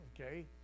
Okay